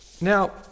now